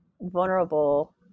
vulnerable